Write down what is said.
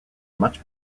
much